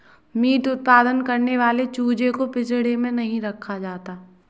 meet उत्पादन करने वाले चूजे को पिंजड़े में नहीं रखा जाता